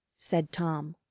said tom,